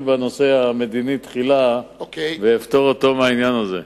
בנושא המדיני ואפטור אותו מהעניין הזה.